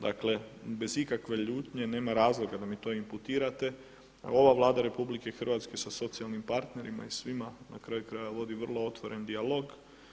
Dakle bez ikakve ljutnje nema razloga da mi to imputirate, ali ova Vlada RH sa socijalnim partnerima i svima na kraju krajeva vodi vrlo otvoren dijalog.